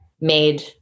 made